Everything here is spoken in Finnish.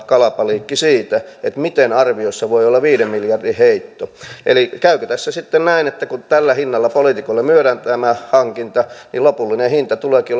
kalabaliikki siitä miten arvioissa voi olla viiden miljardin heitto käykö tässä sitten näin että kun tällä hinnalla poliitikoille myydään tämä hankinta niin lopullinen hinta tuleekin